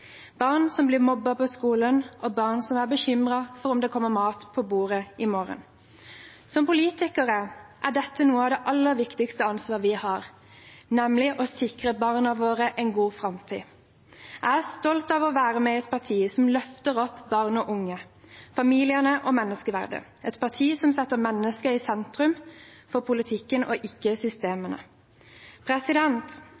barn som blir mobbet på skolen, og barn som er bekymret for om det kommer mat på bordet i morgen. Som politikere er dette noe av det aller viktigste ansvaret vi har, nemlig å sikre barna våre en god framtid. Jeg er stolt av å være med i et parti som løfter opp barn og unge, familiene og menneskeverdet, et parti som setter mennesket i sentrum for politikken – ikke